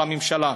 לממשלה,